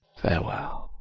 farewell!